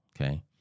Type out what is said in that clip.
Okay